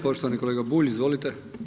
Poštovani kolega Bulj, izvolite.